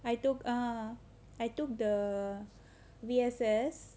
I took err I took the V_S_S